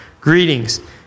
Greetings